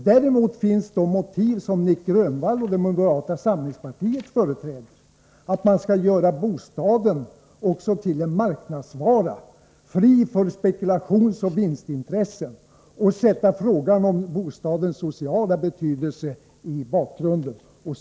För Nic Grönvall och moderata samlingspartiet finns däremot motiv att göra bostaden till en marknadsvara fri för spekulationsoch vinstintressen och att sätta frågan om bostadens sociala betydelse i bakgrunden.